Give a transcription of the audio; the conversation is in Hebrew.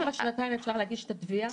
--- בתום השנתיים אפשר להגיש את התביעה?